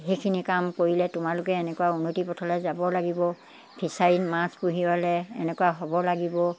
সেইখিনি কাম কৰিলে তোমালোকে এনেকুৱা উন্নতি পথলৈ যাব লাগিব ফিচাৰীত মাছ পুহিবলৈ এনেকুৱা হ'ব লাগিব